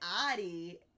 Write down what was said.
Adi